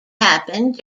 happened